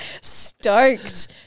Stoked